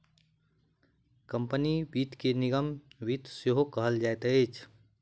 company वित्त के निगम वित्त सेहो कहल जाइत अछि